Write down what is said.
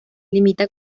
limita